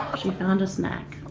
she found a snack.